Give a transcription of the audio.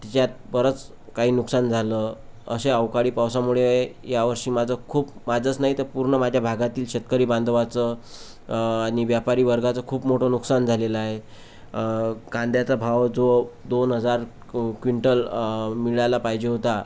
तिच्यात बरंच काही नुकसान झालं अशा अवकाळी पावसामुळे ह्या वर्षी माझं खूप माझंच नाहीतर पूर्ण माझ्या भागातील शेतकरी बांधवाचं आणि व्यापारीवर्गाचं खूप मोठं नुकसान झालेलं आहे कांद्याचा भाव जो दोन हजार क्विंटल मिळायला पाहिजे होता